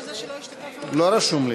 שזה שלא השתתפנו, לא רשום לי.